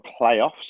playoffs